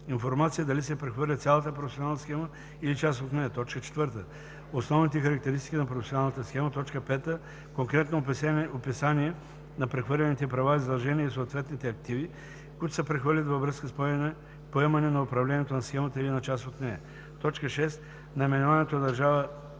информация дали се прехвърля цялата професионална схема, или част от нея; 4. основните характеристики на професионалната схема; 5. конкретно описание на прехвърляните права и задължения и съответните активи, които се прехвърлят във връзка с поемане на управлението на схемата или на част от нея; 6. наименованието на държавата